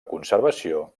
conservació